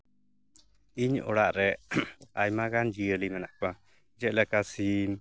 ᱤᱧ ᱚᱲᱟᱜ ᱨᱮ ᱟᱭᱢᱟ ᱜᱟᱱ ᱡᱤᱭᱟᱹᱞᱤ ᱢᱮᱱᱟᱜ ᱠᱚᱣᱟ ᱡᱮᱞᱮᱠᱟ ᱥᱤᱢ